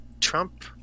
Trump